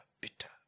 bitter